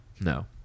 No